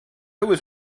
was